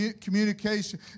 communication